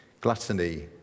gluttony